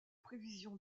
prévisions